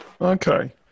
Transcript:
okay